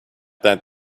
that